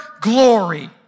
glory